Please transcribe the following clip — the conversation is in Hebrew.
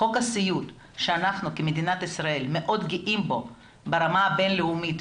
חוק הסיעוד שאנחנו כמדינת ישראל מאוד גאים בו ברמה הבין-לאומית,